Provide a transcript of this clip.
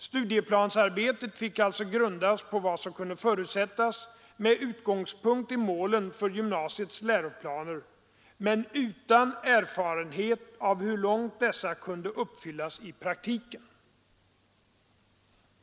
Studieplansarbetet fick alltså grundas på vad som kunde förutsättas med utgångspunkt i målen för gymnasiets läroplaner men utan erfarenhet av hur långt dessa kunde uppfyllas i praktiken.